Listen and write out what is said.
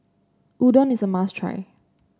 Udon is a must try